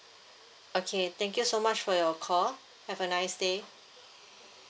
okay thank you so much for your call have a nice day